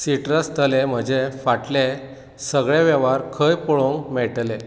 सिट्रसांतले म्हजे फाटले सगळे वेव्हार खंय पळोवंक मेळटले